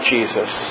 Jesus